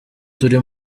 turi